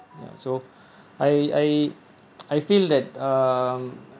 ya so I I I feel that um